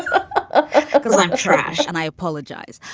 and ah because i'm trash and i apologize.